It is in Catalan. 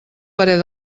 parer